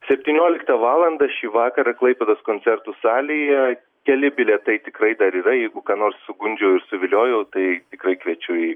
septynioliktą valandą šį vakarą klaipėdos koncertų salėje keli bilietai tikrai dar yra jeigu ką nors sugundžiau ir suviliojau tai tikrai kviečiu į